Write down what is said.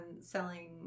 selling